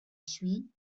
suye